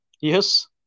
Yes